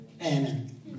Amen